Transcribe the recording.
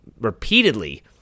repeatedly